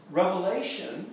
revelation